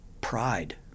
pride